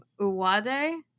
uwade